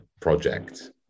project